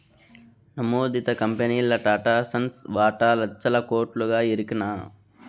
నమోదిత కంపెనీల్ల టాటాసన్స్ వాటా లచ్చల కోట్లుగా ఎరికనా